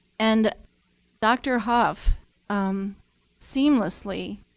and dr. hough seamlessly